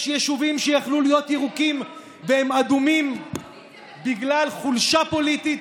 יש יישובים שיכלו להיות ירוקים והם אדומים בגלל חולשה פוליטית.